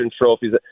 trophies